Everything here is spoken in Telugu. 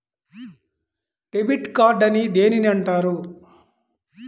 డెబిట్ కార్డు అని దేనిని అంటారు?